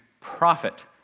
profit